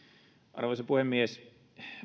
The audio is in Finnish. arvoisa puhemies